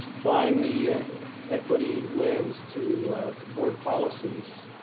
applying the equity lens to board policy so